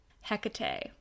Hecate